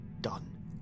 done